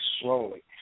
slowly